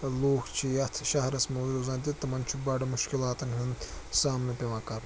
لوٗکھ چھِ یَتھ شَہرَس منٛز روزان تہٕ تِمَن چھُ بَڈٕ مُشکِلاتَن ہُنٛد سامنہٕ پٮ۪وان کَرُن